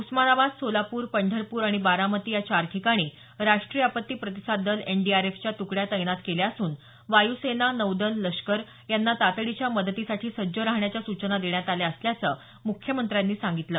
उस्मानाबाद सोलापूर पंढरपूर आणि बारामती या चार ठिकाणी राष्ट्रीय आपत्ती प्रतिसाद दल एनडीआरफच्या तुकड्या तैनात केल्या असून वायूसेना नौदल लष्कर यांना तातडीच्या मदतीसाठी सज्ज राहण्याच्या सूचना देण्यात आल्या असल्याचं मुख्यमंत्र्यांनी सांगितलं